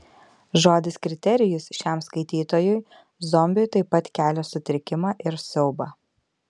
žodis kriterijus šiam skaitytojui zombiui taip pat kelia sutrikimą ir siaubą